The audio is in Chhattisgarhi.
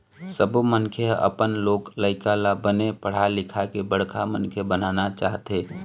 सब्बो मनखे ह अपन लोग लइका ल बने पढ़ा लिखा के बड़का मनखे बनाना चाहथे